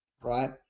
right